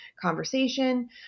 conversation